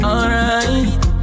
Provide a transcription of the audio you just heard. Alright